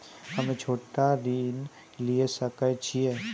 हम्मे छोटा ऋण लिये सकय छियै?